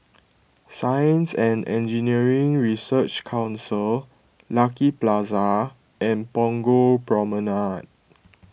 Science and Engineering Research Council Lucky Plaza and Punggol Promenade